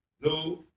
No